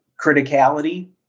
criticality